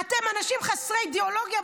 אתם אנשים חסרי אידיאולוגיה,